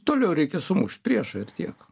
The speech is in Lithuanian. toliau reikia sumušt priešą ir tiek